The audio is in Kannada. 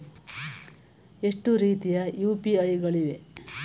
ಎಷ್ಟು ರೀತಿಯ ಯು.ಪಿ.ಐ ಗಳಿವೆ?